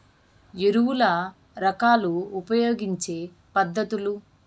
ఎరువుల రకాలు ఉపయోగించే పద్ధతులు?